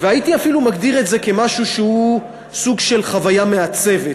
והייתי אפילו מגדיר את זה כמשהו שהוא סוג של חוויה מעצבת,